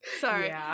sorry